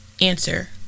Answer